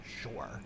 sure